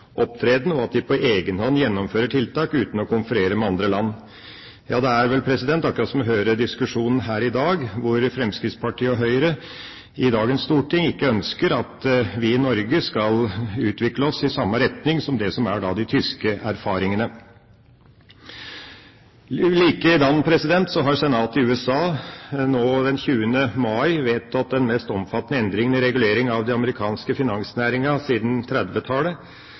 opptreden, og at de på egen hånd gjennomfører tiltak uten å konferere med andre land. Det er vel akkurat som å høre diskusjonen her i dag, hvor Fremskrittspartiet og Høyre i dagens storting ikke ønsker at vi i Norge skal utvikle oss i samme retning som de tyske erfaringene. Likedan vedtok Senatet i USA nå den 20. mai den mest omfattende endringen i regulering av den amerikanske finansnæringen siden